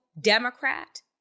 Democrat